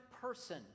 person